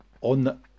on